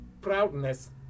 proudness